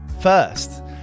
first